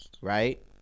right